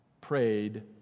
prayed